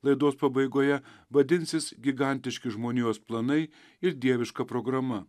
laidos pabaigoje vadinsis gigantiški žmonijos planai ir dieviška programa